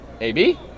AB